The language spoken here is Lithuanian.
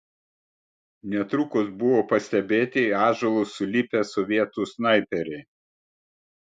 netrukus buvo pastebėti į ąžuolus sulipę sovietų snaiperiai